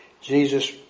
Jesus